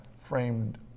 framed